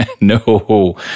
no